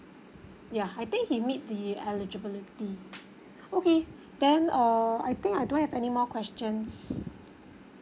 yeah I think he meet the eligibility okay then uh I think I don't have any more questions